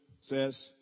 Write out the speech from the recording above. says